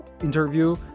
interview